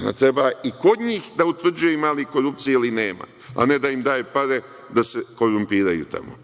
Ona treba i kod njih da utvrđuje ima li korupcije ili nema, a ne da im daje pare da se korumpiraju tamo,